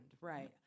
right